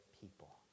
people